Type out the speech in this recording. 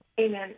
Amen